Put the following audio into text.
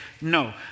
no